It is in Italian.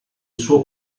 suo